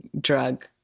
drug